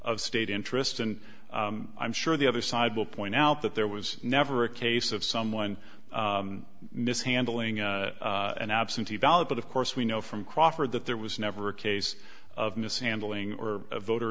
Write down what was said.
of state interest and i'm sure the other side will point out that there was never a case of someone mishandling an absentee ballot but of course we know from crawford that there was never a case of mishandling or a voter